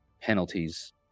penalties